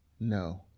No